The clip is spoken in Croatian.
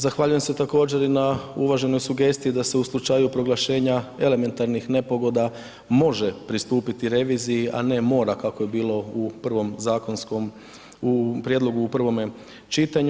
Zahvaljujem se također i na uvaženoj sugestiji da se u slučaju proglašenja elementarnih nepogoda može pristupiti reviziji, a ne mora kako je bilo u prvom zakonskom, u prijedlogu u prvome čitanju.